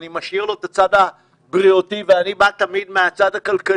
אני משאיר לו את הצד הבריאותי ואני בא תמיד מהצד הכלכלי.